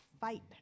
fight